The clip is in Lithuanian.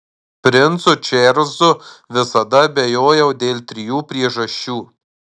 princu čarlzu visada abejojau dėl trijų priežasčių